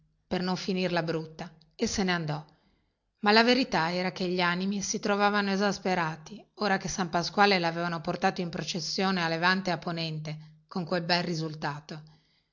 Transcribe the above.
per non finirla brutta e se ne andò ma la verità era che gli animi si trovavano esasperati ora che san pasquale lavevano portato in processione a levante e a ponente con quel bel risultato